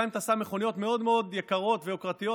גם אם אתה שם מכוניות מאוד מאוד יקרות ויוקרתיות,